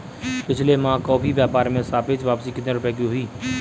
पिछले माह कॉफी व्यापार में सापेक्ष वापसी कितने रुपए की हुई?